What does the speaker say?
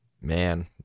Man